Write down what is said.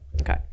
Okay